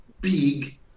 big